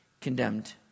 condemned